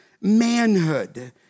manhood